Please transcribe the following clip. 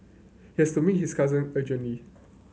he had to meet his cousin urgently